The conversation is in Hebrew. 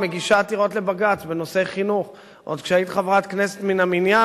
מגישה עתירות לבג"ץ בנושא חינוך עוד כשהיית חברת כנסת מן המניין,